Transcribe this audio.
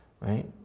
Right